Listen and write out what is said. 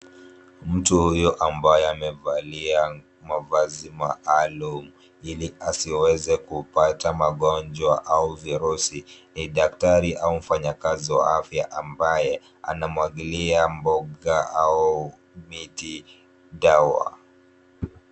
Mtu huyu aliyevalia mavazi maalum ili asiweze kupata magonjwa au virusi ni mfanyakazi au daktari wa afya ambaye anamwagilia mboga au miti dawa.